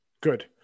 Good